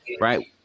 right